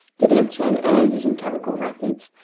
did he obtain air using chemical methods,